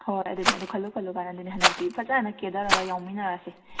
ꯍꯣꯏ ꯑꯗꯨꯅꯤ ꯑꯗꯨ ꯈꯜꯂꯨ ꯈꯜꯂꯨꯔꯀꯥꯟꯗꯗꯤ ꯍꯟꯗꯛꯇꯤ ꯐꯖꯅ ꯀꯦꯊꯔꯒ ꯌꯥꯎꯃꯤꯟꯅꯔꯁꯦ